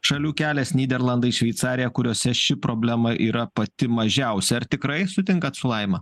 šalių kelias nyderlandai šveicarija kuriose ši problema yra pati mažiausia ar tikrai sutinkat su laima